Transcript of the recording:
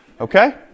okay